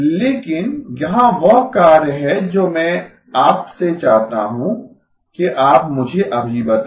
लेकिन यहां वह कार्य है जो मैं आपसे चाहता हूं कि आप मुझे अभी बताएं